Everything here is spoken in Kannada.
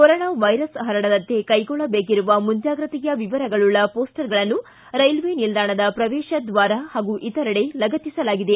ಕೊರೋನಾ ವೈರಸ್ ಪರಡದಂತೆ ಕೈಗೊಳ್ಳಬೇಕಿರುವ ಮುಂಜಾಗ್ರತೆಯ ವಿವರಗಳುಳ್ಳ ಮೋಸ್ಟರಗಳನ್ನು ರೈಲ್ವೆ ನಿಲ್ದಾಣದ ಪ್ರವೇಶ ದ್ವಾರ ಹಾಗೂ ಇತರೆಡೆ ಲಗತ್ತಿಸಲಾಗಿದೆ